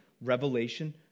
revelation